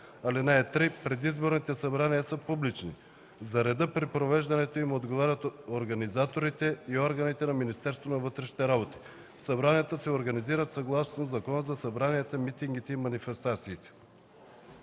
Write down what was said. език. (3) Предизборните събрания са публични. За реда при провеждането им отговарят организаторите и органите на Министерството на вътрешните работи. Събранията се организират съгласно Закона за събранията, митингите и манифестациите.”